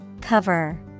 Cover